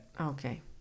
okay